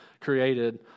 created